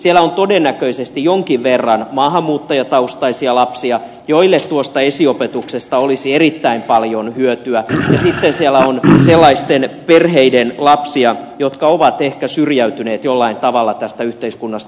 siellä on todennäköisesti jonkin verran maahanmuuttajataustaisia lapsia joille tuosta esiopetuksesta olisi erittäin paljon hyötyä ja sitten siellä on sellaisten perheiden lapsia jotka ovat ehkä syrjäytyneet jollain tavalla tästä yhteiskunnasta